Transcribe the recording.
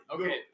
okay